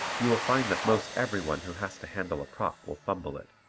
you will find that most every one who has to handle a prop will fumble it,